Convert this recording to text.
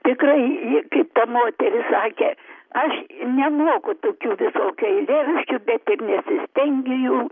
tikrai i kaip ta moteris sakė aš nemoku tokių visokių eilėraščių bet ir nesistengiu jų